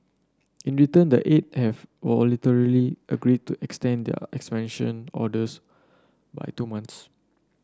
in return the eight have voluntarily agreed to extend their expansion orders by two months